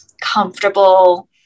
comfortable